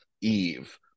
Eve